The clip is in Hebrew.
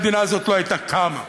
המדינה הזאת לא הייתה קמה.